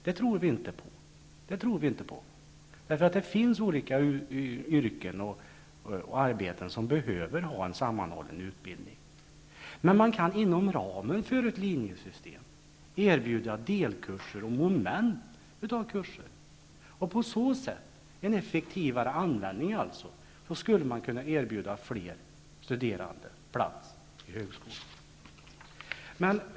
Det tror vi inte på. Det finns olika yrken som behöver ha en sammanhållen utbildning. Men man kan inom ramen för ett linjesystem erbjuda delkurser och moment, och på så sätt, dvs. genom en effektivare användning av resurserna, skulle man kunna erbjuda fler studerande plats på högskolan.